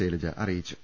ശൈലജ അറിയിച്ചു